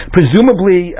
Presumably